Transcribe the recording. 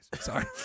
sorry